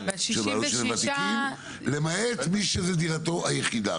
של ותיקים למעט מי שזה דירתו היחידה.